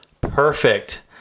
perfect